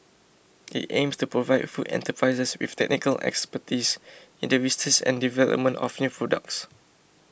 it aims to provide food enterprises with technical expertise in the research and development of new products